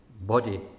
body